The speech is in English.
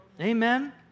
Amen